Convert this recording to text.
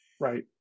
right